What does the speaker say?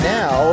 now